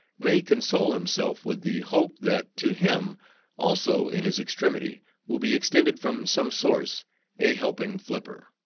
may console himself with the hope that to him also in his extremity will be extended from some source a helping flipper.